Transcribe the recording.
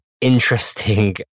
interesting